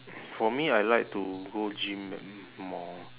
for me I like to go gym and more